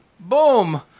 Boom